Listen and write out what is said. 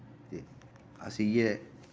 ते अस इ'यै